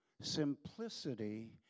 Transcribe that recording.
simplicity